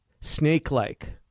snake-like